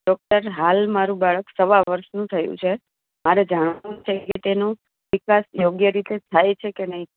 doctor હાલ મારું બાળક સવા વર્ષનું થયું છે મારે જાણવું છે કે તેનું વિકાસ યોગ્ય રીતે થાય છે કે નહીં